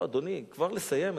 אדוני, כבר לסיים?